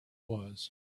was